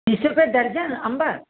बीस रुपए दर्जन अंब